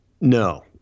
No